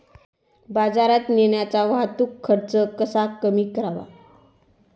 बाजारात नेण्याचा वाहतूक खर्च कसा कमी करावा?